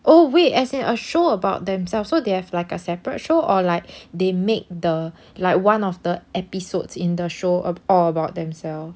oh wait as in a show about themselves so they have like a separate show or like they make the like one of the episodes in the show all about themselves